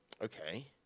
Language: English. Okay